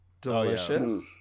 delicious